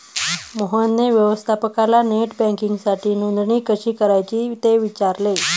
मोहनने व्यवस्थापकाला नेट बँकिंगसाठी नोंदणी कशी करायची ते विचारले